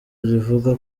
rivuga